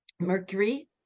Mercury